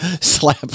slap